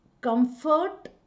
comfort